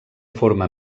forma